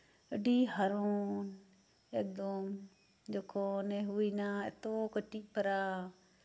ᱟᱹᱰᱤ ᱦᱟᱨᱚᱱ ᱮᱠᱫᱚᱢ ᱡᱚᱠᱷᱚᱱᱮ ᱦᱩᱭᱮᱱᱟ ᱮᱛᱚ ᱠᱟᱹᱴᱤᱡ ᱯᱟᱨᱟ